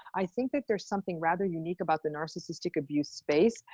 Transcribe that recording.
i think that there's something rather unique about the narcissistic abuse space.